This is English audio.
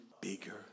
bigger